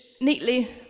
neatly